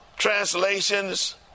translations